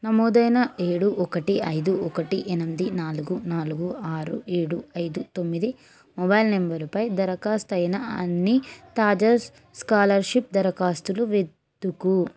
నమోదైన ఏడు ఒకటి ఐదు ఒకటి ఎనిమిది నాలుగు నాలుగు ఆరు ఏడు ఐదు తొమ్మిది మొబైల్ నంబరుపై దరఖాస్తయిన అన్ని తాజా స్కాలర్షిప్ దరఖాస్తులు వెదుకు